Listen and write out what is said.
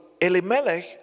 Elimelech